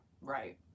right